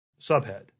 Subhead